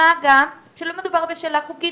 מה גם שלא מדובר בשאלה חוקית,